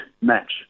match